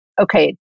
okay